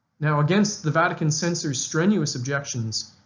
now against the vatican censors strenuous objections,